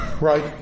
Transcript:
right